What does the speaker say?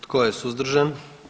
Tko je suzdržan?